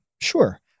sure